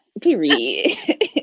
period